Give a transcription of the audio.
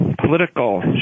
political